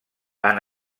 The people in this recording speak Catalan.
han